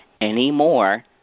anymore